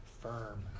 firm